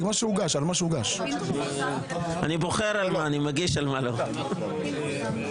גם שם יושב ראש חרדי.